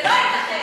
זה לא ייתכן.